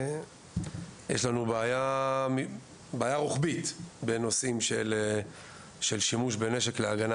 יש לנו בעיה רוחבית בנושא של שימוש בנשק להגנה